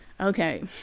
okay